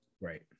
right